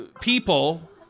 people